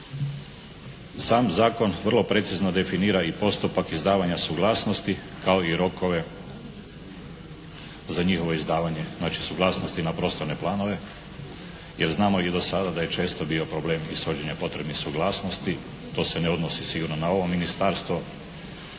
Sam zakon vrlo precizno definira i postupak izdavanja suglasnosti kao i rokove za njihovo izdavanje. Znači suglasnosti na prostorne planove jer znamo i do sada da je često bio problem ishođenja potrebnih suglasnosti. To se ne odnosi sigurno na ovo Ministarstvo.